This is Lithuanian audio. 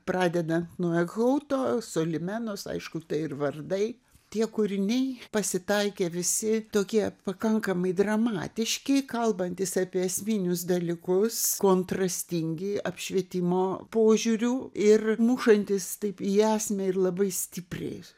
pradedant nuo ehauto solimenos aišku tai ir vardai tie kūriniai pasitaikė visi tokie pakankamai dramatiški kalbantys apie esminius dalykus kontrastingi apšvietimo požiūriu ir mušantys taip į esmę ir labai stipriai